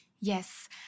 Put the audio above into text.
Yes